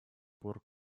пор